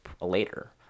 later